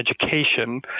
education